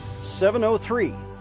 703